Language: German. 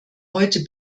heute